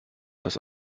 das